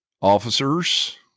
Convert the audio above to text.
officers